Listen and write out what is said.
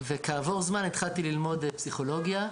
וכעבור זמן התחלתי ללמוד פסיכולוגיה.